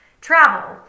travel